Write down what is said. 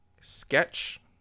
Sketch